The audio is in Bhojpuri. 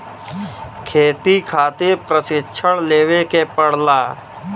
खेती खातिर प्रशिक्षण लेवे के पड़ला